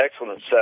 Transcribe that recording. excellent